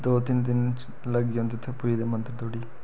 दो तिन दिन च लग्गी जंदे उत्थें पुजदे मंदर धोड़ी